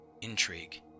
intrigue